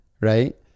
Right